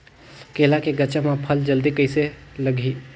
केला के गचा मां फल जल्दी कइसे लगही?